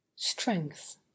Strength